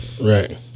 Right